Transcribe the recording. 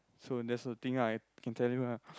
so that's the thing lah I can tell you